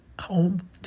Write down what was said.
home